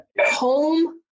home